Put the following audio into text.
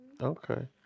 okay